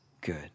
good